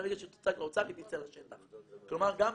ברגע שהיא תוצג לאוצר היא תצא לשטח.